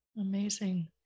Amazing